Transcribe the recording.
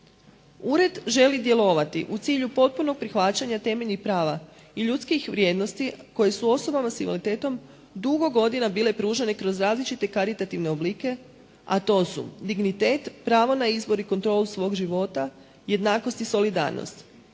Ured želi djelovati u cilju potpunog prihvaćanja temeljnih prava i ljudskih vrijednosti koje su osobama s invaliditetom dugo godina bile pružane kroz različite karitativne oblike a to su dignitet, pravo na izbor i kontrolu svog života, jednakost i solidarnost.